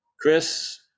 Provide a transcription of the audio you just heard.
Chris